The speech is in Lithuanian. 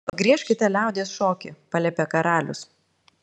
pagriežkite liaudies šokį paliepė karalius